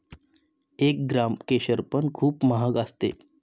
एक ग्राम केशर पण खूप महाग असते